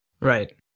right